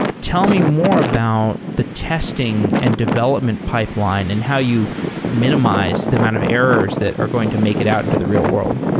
tell me more about the testing and development pipeline and how you minimize the amount of errors that are going to make it out into the real-world.